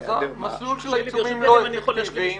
--- אז מסלול של העיצומים לא עובד,